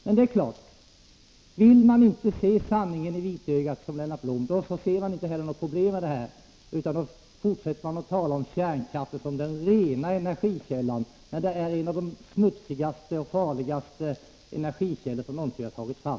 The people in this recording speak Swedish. Men det är klart, vill man inte se sanningen i vitögat, som Lennart Blom, ser man inga problem utan fortsätter att tala om kärnkraften som den rena energikällan, trots att den är en av de smutsigaste och farligaste energikällor som någonsin har tagits fram.